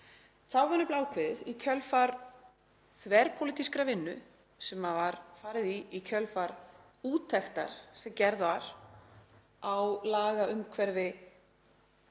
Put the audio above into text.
Þá var ákveðið, í kjölfar þverpólitískrar vinnu sem var farið í í kjölfar úttektar sem gerð var á lagaumhverfi